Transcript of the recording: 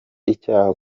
icyaha